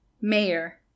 mayor